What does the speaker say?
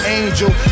angel